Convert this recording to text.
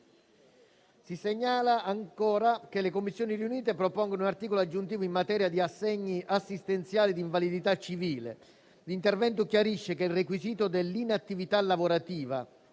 Si segnala poi che le Commissioni riunite propongono un articolo aggiuntivo in materia di assegni assistenziali di invalidità civile. L'intervento chiarisce che il requisito dell'inattività lavorativa,